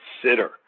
consider